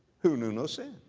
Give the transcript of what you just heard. who knew no sin.